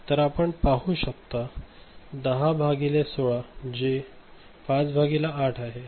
तर आपण पाहू शकता 10 भागिले 16 जे 5 भागिले 8 आहे